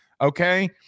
Okay